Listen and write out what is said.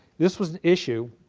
this was the issues